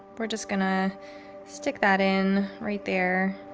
we're just gonna stick that in right there.